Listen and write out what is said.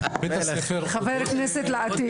חבר כנסת לעתיד.